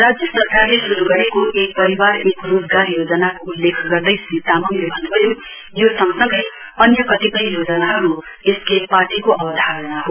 राज्य सरकारले श्रू गरेको एक परिवार एक रोजगार योजनाको उल्लेख गर्दै श्री तामाङले भन्नुभयो यो सँगसँगै अन्य कतिपय योजनाहरू एसकेएम पार्टीको अवधारणा हो